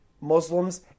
Muslims